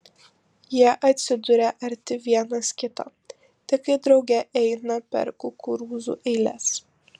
jie atsiduria arti vienas kito tik kai drauge eina per kukurūzų eiles